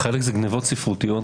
חלק זה גניבות ספרותיות.